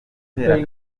gutera